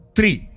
Three